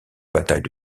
bataille